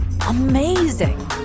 Amazing